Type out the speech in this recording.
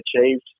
achieved